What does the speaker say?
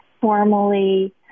formally